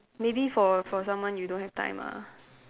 maybe for for someone you don't have time ah